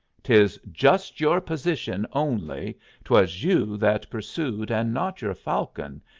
tis just your position, only twas you that pursued and not your falcon,